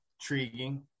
Intriguing